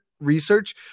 research